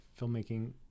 filmmaking